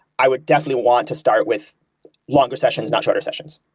i would definitely want to start with longer sessions, not shorter sessions.